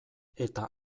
eta